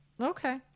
Okay